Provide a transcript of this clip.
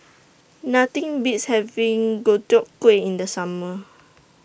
Nothing Beats having Deodeok Gui in The Summer